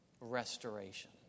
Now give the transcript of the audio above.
restoration